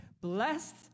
Blessed